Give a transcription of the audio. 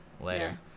later